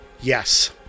Yes